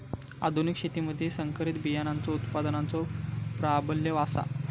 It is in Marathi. आधुनिक शेतीमधि संकरित बियाणांचो उत्पादनाचो प्राबल्य आसा